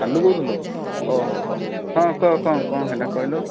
ଶାଲୁ କହୁଥିଲୁ ଓହୋ ହଁ କହ କଣ କଣ ହେଲା କହିଲୁ